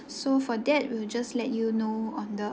so for that will just let you know on the